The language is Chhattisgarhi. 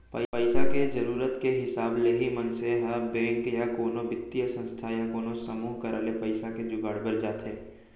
पइसा के जरुरत के हिसाब ले ही मनसे ह बेंक या कोनो बित्तीय संस्था या कोनो समूह करा ले पइसा के जुगाड़ बर जाथे